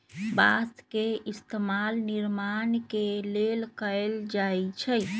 बास के इस्तेमाल निर्माण के लेल कएल जाई छई